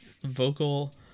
vocal